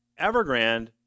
Evergrande